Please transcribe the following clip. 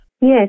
Yes